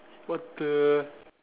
what the